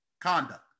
Conduct